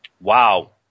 Wow